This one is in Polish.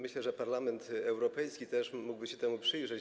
Myślę, że Parlament Europejski też mógłby się temu przyjrzeć.